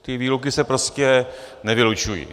Ty výroky se prostě nevylučují.